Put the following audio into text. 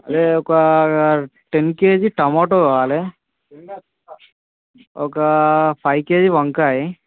అదే ఒక ten kg టమాట కావాలి ఒక ఫైవ్ కేజీ వంకాయ